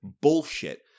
bullshit